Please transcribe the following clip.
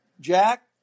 Jack